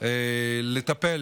לטפל